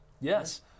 Yes